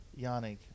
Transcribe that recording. Yannick